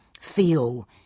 feel